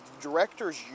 directors